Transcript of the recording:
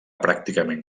pràcticament